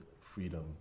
freedom